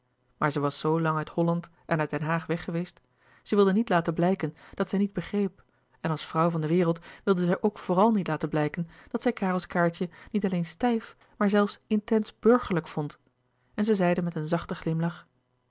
maar zij was zoo lang uit holland en uit den haag weg geweest zij wilde niet laten blijken dat zij niet begreep en als vrouw van de wereld wilde zij ook vooral niet laten blijken dat zij karels kaartje niet alleen stijf maar zelfs intens burgerlijk vond en zij zeide met een zachten glimlach